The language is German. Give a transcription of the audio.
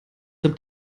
dem